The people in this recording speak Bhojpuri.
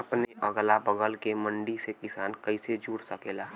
अपने अगला बगल के मंडी से किसान कइसे जुड़ सकेला?